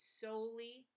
solely